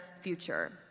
future